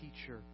teacher